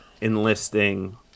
enlisting